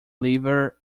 liver